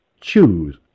Choose